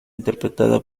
interpretada